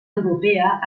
europea